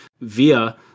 via